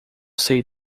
sei